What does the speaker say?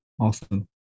Awesome